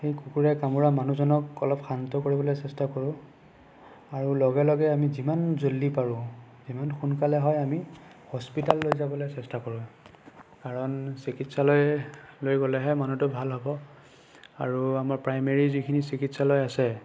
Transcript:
সেই কুকুৰে কামুৰা মানুহজনক অলপ শান্ত কৰিবলৈ চেষ্টা কৰোঁ আৰু লগে লগে আমি যিমান জল্ডি পাৰোঁ যিমান সোনকালে হয় আমি হস্পিটাল লৈ যাবলৈ চেষ্টা কৰোঁ কাৰণ চিকিৎসালয় লৈ গ'লেহে মানুহটো ভাল হ'ব আৰু আমাৰ প্ৰায়মাৰি যিখিনি চিকিৎসালয় আছে